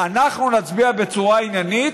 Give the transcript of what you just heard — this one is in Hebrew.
אנחנו נצביע בצורה עניינית,